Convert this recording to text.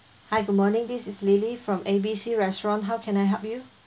hi good morning this is lily from A B C restaurant how can I help you